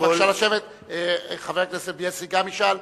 גם חבר הכנסת בילסקי ישאל.